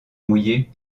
mouillés